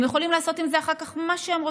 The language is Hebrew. הם יכולים לעשות עם זה אחר כך מה שהם רוצים,